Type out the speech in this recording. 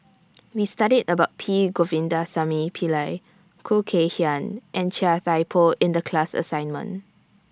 We studied about P Govindasamy Pillai Khoo Kay Hian and Chia Thye Poh in The class assignment